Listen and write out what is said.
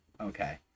Okay